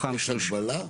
יש הגבלה?